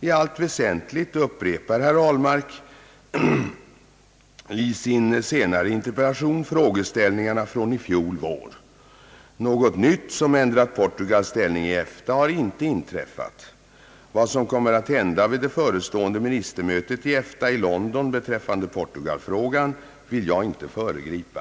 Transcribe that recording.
I allt väsentligt upprepar herr Ahlmark i sin senare interpellation frågeställningarna från i fjol vår. Något nytt som ändrat Portugals ställning i EFTA har inte inträffat. Vad som kommer att hända vid det förestående ministermötet i EFTA i London beträffande Portugalfrågan vill jag inte föregripa.